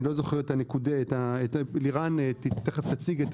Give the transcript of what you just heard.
אני לא זוכר את הנקודות אבל לירן תכף תציג את